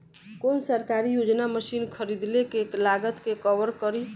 कौन सरकारी योजना मशीन खरीदले के लागत के कवर करीं?